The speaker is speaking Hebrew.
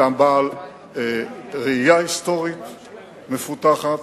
אתה בעל ראייה היסטורית מפותחת